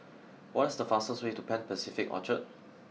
what is the fastest way to Pan Pacific Orchard